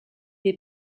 est